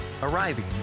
Arriving